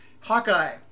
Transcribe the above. Hawkeye